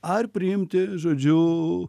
ar priimti žodžiu